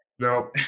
No